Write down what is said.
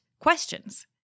questions